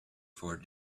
for